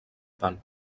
pan